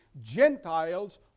Gentiles